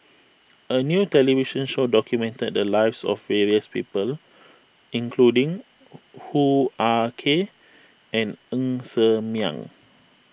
a new television show documented the lives of various people including Hoo Ah Kay and Ng Ser Miang